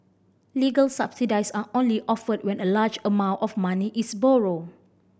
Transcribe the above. legal subsidies are only offered when a large amount of money is borrowed